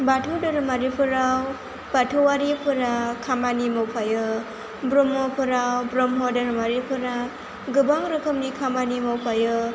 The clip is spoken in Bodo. बाथौ धोरोमारिफोराव बाथौआरिफोरा खामानि मावफायो ब्रह्मफोरा ब्रह्म धोरोमारिफोरा गोबां रोखोमनि खामानि मावफायो